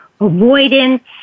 avoidance